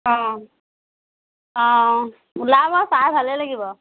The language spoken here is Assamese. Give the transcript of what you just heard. অঁ অঁ ওলাব চাই ভালেই লাগিব